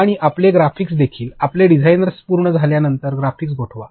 आणि आपले ग्राफिक्स देखील आपले डिझाइनर पूर्ण झाल्यानंतर ग्राफिक्स गोठवा